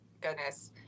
goodness